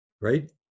right